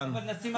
לתת?